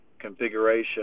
configuration